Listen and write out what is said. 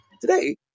today